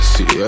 See